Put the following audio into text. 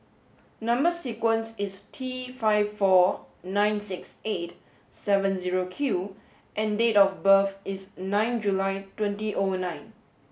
number sequence is T five four nine six eight seven zero Q and date of birth is nine July twenty O nine